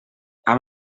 amb